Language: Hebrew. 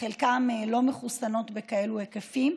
וחלקן לא מחוסנות בכאלה היקפים.